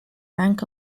rank